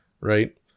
right